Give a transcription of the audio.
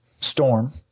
storm